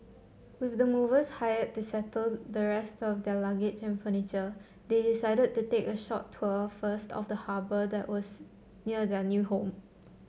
with the movers hired to settle the rest of their luggage and furniture they decided to take a short tour first of the harbour that was near their new home